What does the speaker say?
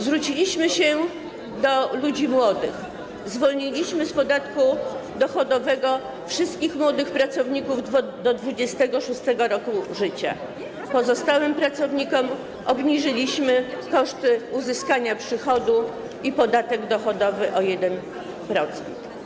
Zwróciliśmy się w stronę ludzi młodych, zwolniliśmy z podatku dochodowego wszystkich pracowników do 26. roku życia, pozostałym pracownikom obniżyliśmy koszty uzyskania przychodu i podatek dochodowy o 1%.